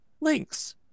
links